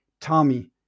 Tommy